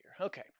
Okay